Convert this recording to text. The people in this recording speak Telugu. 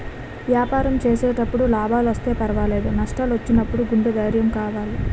వ్యాపారం చేసేటప్పుడు లాభాలొస్తే పర్వాలేదు, నష్టాలు వచ్చినప్పుడు గుండె ధైర్యం కావాలి